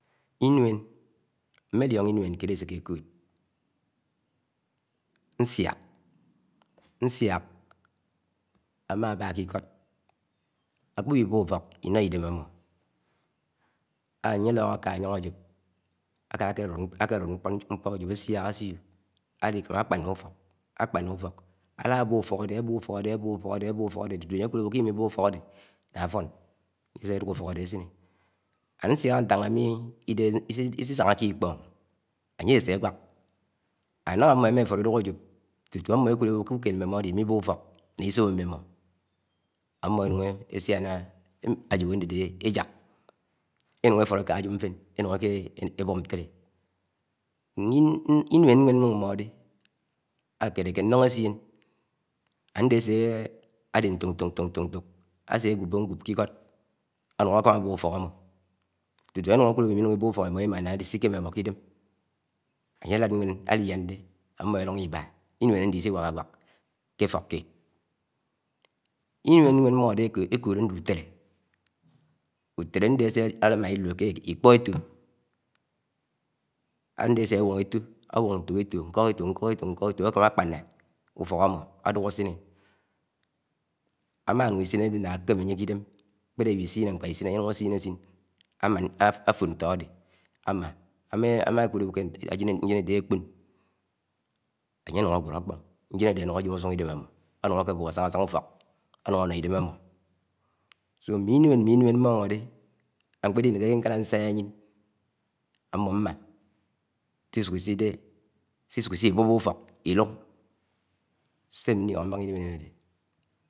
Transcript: Ínv́ẹn m̃mélionọ́ iǹvẹn kied́ éséke kód nsiák nsi̱ák, ãmába ke ikot, akpéwi ibọp utok, ínọ́ idẹm ámọ, ánýe álọk aka ayong ágọp akelud nkpo agop asiák asiọ, alikama akpáṇa ufok ade, abọp ufok ade, abop ufọk áde tútú ańye akúd awọ ki imibọp ufọk ade naa afon ase aduk, ufok ade asine. Añsiak Ntaha mmi idéhé isisáháke ikpong anye áse awák. Ànáhá mmó em̃a ifúló idúk agọp, tútú am̃m̃ọ ekud ewõ ke uked mṁimo ade imibop ufȯk ńa |síobo mmimo, áṃmọ enyíṉ eskíṇa agop adédé ẹyák eyun eforo̱ éká agọp ntén enun ekebo̱p ntele Inúen nwen núng mmọɗe akeleke nnûṉg essien, ande asé ade ntok, ñtak, ntok, ase agúbó ngúp ke ikod anv́ṉg akúd awọ ke imìbọp ufók imo imá nahá ade sikém imọ ke idẽm anýe alúd nwen alilian de aṁṁo elûhó ibá. Inúén adẹ isíwáka wák ke efọk kíed kíed. Ínúẹn nwén m̃m̃ọde ekọlọ ade útélé. Útélé ade ase mmama ilọlọ ke ikpo eto ádé áse awún ntok eto, nkók eto, akama akpáná ufok amm̃ọ adúk asiṉe. amánúng isíne de náhá ãkém anýe ke idém, kpede awísíne nkẃa isín, ánye, asine ásiṇ amáni afód ñtọ, ade ámán Ámákúd iwo ke éjeṉ áde akpọn, anýe anún awọrọ aḱpọn. Njén ade anun adem usung idem ammo anún akébọp asán akébọp asáná sáná ufo̱k anũn ãṉó idém ámmọ mḿe ínvéṉ m̃mén mmóhéde ákpéli-nékéke nkara nsiak áyiṉ am̃mọ m̃má sisúk iśi bọbo̱p ufọk isuk lluñg Se nliónó nbáhá ińvén adédé